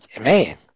Man